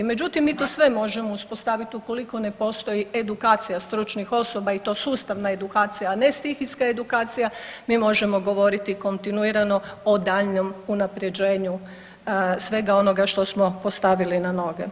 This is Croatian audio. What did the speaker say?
Međutim, mi to sve možemo uspostavit ukoliko ne postoji edukacija stručnih osoba i to sustavna edukacija, a ne stihijska edukacija, mi možemo govoriti kontinuirano o daljnjem unaprjeđenju svega onoga što smo postavili na noge.